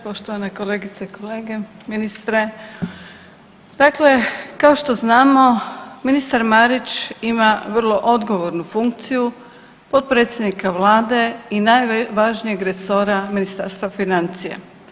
Poštovane kolegice i kolege, ministre, dakle kao što znamo ministar Marić ima vrlo odgovornu funkciju potpredsjednika vlade i najvažnijeg resora Ministarstva financija.